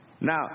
Now